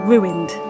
Ruined